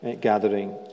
gathering